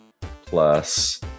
plus